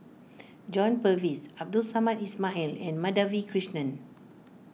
John Purvis Abdul Samad Ismail and Madhavi Krishnan